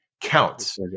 counts